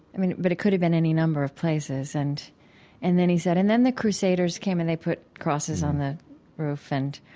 but it could have been any number of places. and and then he said, and then the crusaders came and they put crosses on the roof. and